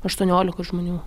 aštuoniolika žmonių